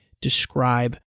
describe